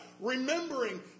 remembering